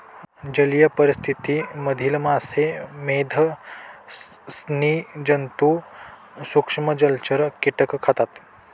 जलीय परिस्थिति मधील मासे, मेध, स्सि जन्तु, सूक्ष्म जलचर, कीटक खातात